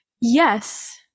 yes